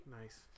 nice